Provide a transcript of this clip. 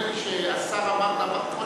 חנין, נדמה לי שהשר אמר, לכן